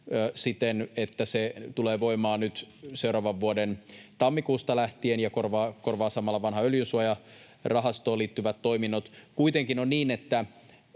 siten, että se tulee voimaan nyt seuraavan vuoden tammikuusta lähtien ja korvaa samalla vanhaan Öljysuojarahastoon liittyvät toiminnot. Kuitenkin on niin, että